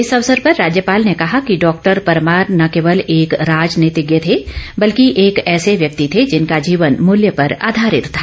इस अवसर पर राज्यपाल ने कहा कि डॉक्टर परमार न केवल एक राजनीतिज्ञ थे बल्कि एक ऐसे व्यक्ति थे जिनका जीवन मूल्य पर आधारित था